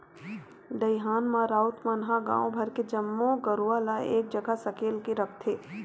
दईहान म राउत मन ह गांव भर के जम्मो गरूवा ल एक जगह सकेल के रखथे